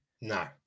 No